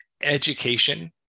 education